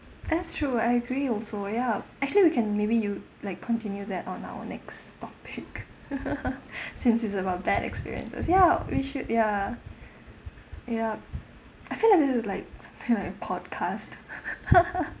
that's true I agree also ya actually we can maybe you like continue that on our next topic since it's about bad experiences ya we should ya yup I feel like this is like something like a podcast